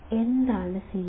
എന്താണ് CMRR